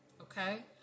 okay